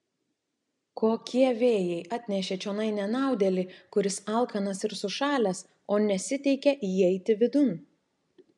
kokie vėjai atnešė čionai nenaudėlį kuris alkanas ir sušalęs o nesiteikia įeiti vidun